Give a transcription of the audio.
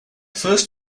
first